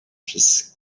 fils